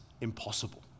impossible